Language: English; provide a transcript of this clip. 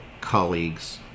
colleagues